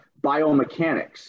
biomechanics